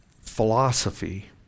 philosophy